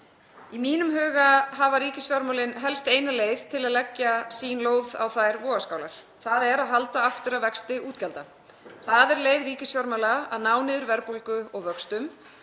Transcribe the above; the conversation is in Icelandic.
Í mínum huga hafa ríkisfjármálin helst eina leið til að leggja sín lóð á þær vogarskálar, þ.e. að halda aftur af vexti útgjalda. Það er leið ríkisfjármála til að ná niður verðbólgu og vöxtum.